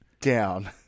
down